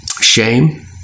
shame